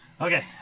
Okay